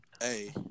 Hey